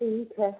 ठीक है